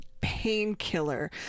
painkiller